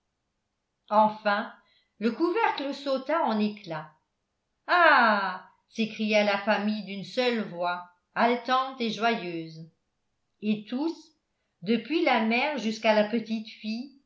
enfin le couvercle sauta en éclats ah s'écria la famille d'une seule voix haletante et joyeuse et tous depuis la mère jusqu'à la petite fille